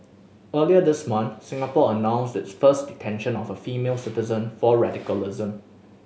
earlier this month Singapore announced its first detention of a female citizen for radicalism